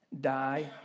Die